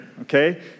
Okay